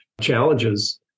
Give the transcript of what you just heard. challenges